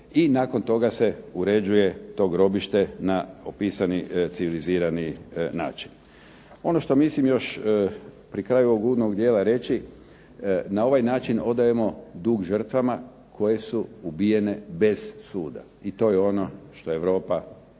i nakon toga se uređuje to grobište na opisani civilizirani način. Ono što mislim još pri kraju ovog uvodnog dijela reći na ovaj način odajemo dug žrtvama koje su ubijene bez suda. I to je ono što Europa u